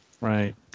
Right